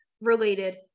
related